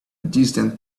distant